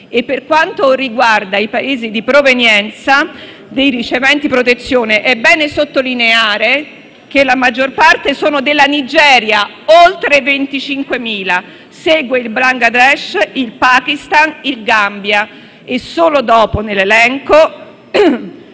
Per quanto riguarda i Paesi di provenienza dei riceventi protezione, è bene sottolineare che la maggior parte sono della Nigeria (oltre 25.000); segue il Bangladesh, il Pakistan, il Gambia. Solo dopo nell'elenco,